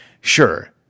Sure